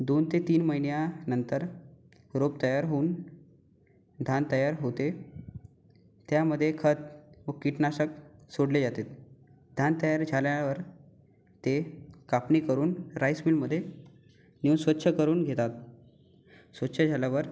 दोन ते तीन महिन्यानंतर रोप तयार होऊन धान तयार होते त्यामध्ये खत व किटनाशक सोडले जाते धान तयार झाल्यावर ते कापणी करून राइस मिलमधे नेऊन स्वच्छ करून घेतात स्वच्छ झाल्यावर